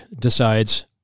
decides